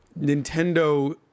Nintendo